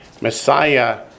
Messiah